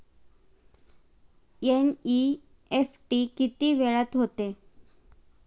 NEFT किती वेळात होते?